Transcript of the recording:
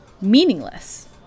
meaningless